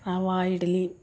rava idli